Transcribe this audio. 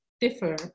differ